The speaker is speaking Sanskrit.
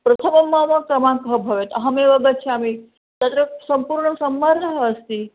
प्रथमः मम क्रमाङ्कः भवेत् अहमेव गच्छामि तत्र सम्पूर्णः सम्मर्दः अस्ति